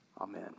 Amen